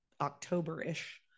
October-ish